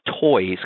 toys